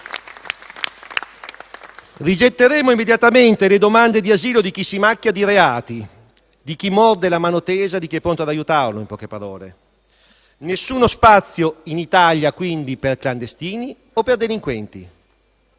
Rigetteremo immediatamente le domande di asilo di chi si macchia di reati, di chi morde la mano tesa di chi è pronto ad aiutarlo in poche parole. Nessuno spazio in Italia per clandestini e delinquenti,